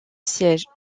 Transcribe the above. siège